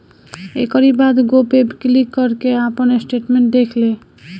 एकरी बाद गो पे क्लिक करके आपन स्टेटमेंट देख लें